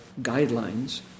guidelines